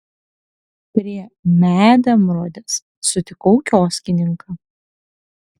prie medemrodės sutikau kioskininką